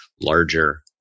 larger